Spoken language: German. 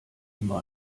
immer